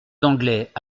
d’anglais